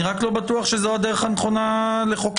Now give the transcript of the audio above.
אני רק לא בטוח שזו הדרך הנכונה לחוקק.